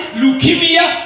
leukemia